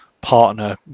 partner